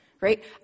right